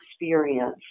experience